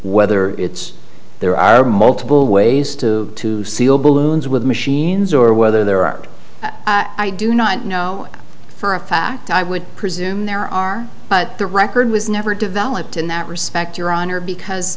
whether it's there are multiple ways to seal balloons with machines or whether there are i do not know for a fact i would presume there are but the record was never developed in that respect your honor because